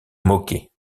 moquait